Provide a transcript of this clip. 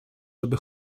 żeby